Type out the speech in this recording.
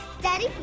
Daddy